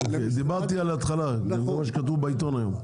דיברתי על ההתחלה, על מה שכתוב בעיתון היום.